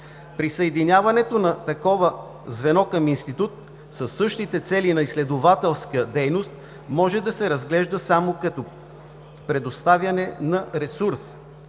Присъединяването на такова звено към институт със същите цели на изследователска дейност може да се разглежда само като предоставяне на ресурс,